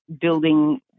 building